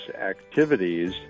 activities